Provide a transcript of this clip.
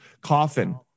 coffin